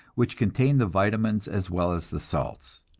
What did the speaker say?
which contain the vitamines as well as the salts.